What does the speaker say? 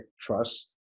trust